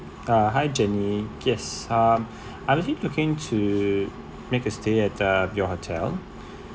uh hi jenny yes um I'm really looking to make a stay at the your hotel